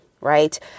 right